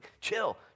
chill